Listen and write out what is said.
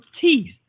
teeth